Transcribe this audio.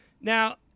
Now